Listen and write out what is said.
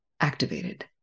activated